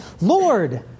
Lord